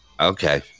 Okay